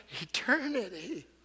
eternity